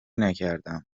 نکردم